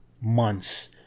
Months